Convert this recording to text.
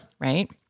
Right